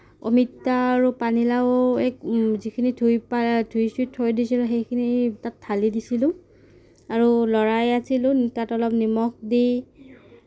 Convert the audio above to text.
অমিতা আৰু পানীলাউ যিখিনি ধুই ধুই চুই থৈ দিছিলোঁ সেইখিনি তাত ঢালি দিছিলোঁ আৰু লৰাই আছিলোঁ তাত অলপ নিমখ দি